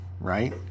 right